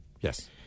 Yes